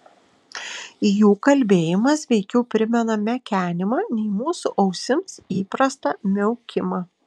jų kalbėjimas veikiau primena mekenimą nei mūsų ausims įprastą miaukimą